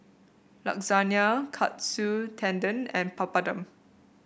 Lasagna Katsu Tendon and Papadum